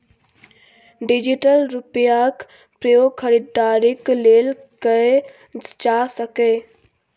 digital रुपैयाक प्रयोग खरीदारीक लेल कएल जा सकैए